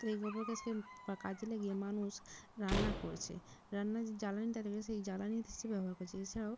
তো এই গোবর গ্যাসকে কাজে লাগিয়ে মানুষ রান্না করছে রান্নার যে জ্বালানি থাকবে সেই জ্বালানি হিসেবে ব্যবহার করেছে এছাড়াও